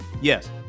Yes